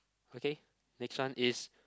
okay next one is